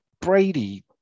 Brady